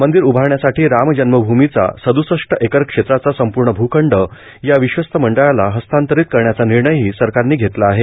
मंदीर उभारण्यासाठी रामजन्मभूमीचा सद्सष्ट एकर क्षेत्राचा संपूर्णभूखंड या विश्वस्त मंडळाला हस्तांतरित करण्याचा निर्णयही सरकारनं घेतला आहे